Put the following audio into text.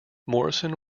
morrison